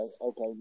Okay